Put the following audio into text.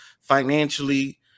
financially